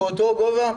באותו גובה,